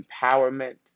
empowerment